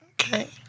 Okay